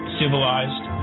civilized